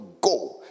go